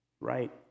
right